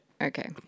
Okay